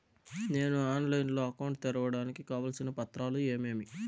నేను ఆన్లైన్ లో అకౌంట్ తెరవడానికి కావాల్సిన పత్రాలు ఏమేమి?